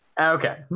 Okay